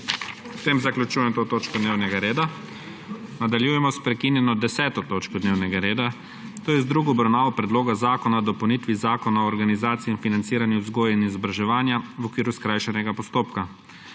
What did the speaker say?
S tem zaključujem to točko dnevnega reda. Nadaljujemo s prekinjeno10. točko dnevnega reda, to je z drugo obravnavo Predloga zakona o dopolnitvi Zakona o organizaciji in financiranju vzgoje in izobraževanja v okviru skrajšanega postopka.